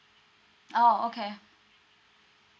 ah okay